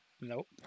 nope